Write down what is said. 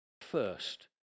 first